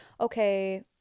okay